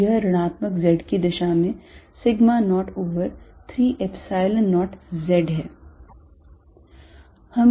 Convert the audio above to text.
तो यह ऋणात्मक z की दिशा में sigma naught over 3 Epsilon 0 z है